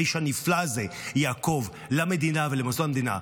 לאיש הנפלא הזה יעקב, למדינה ולמוסדות המדינה.